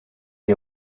est